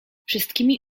wszystkimi